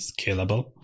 scalable